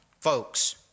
Folks